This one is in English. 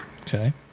Okay